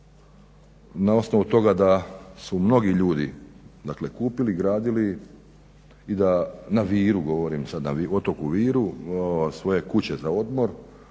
na osnovu toga da su mnogi ljudi, dakle kupili, gradili i da, na Viru govorim, otoku Viru svoje kuće za odmor.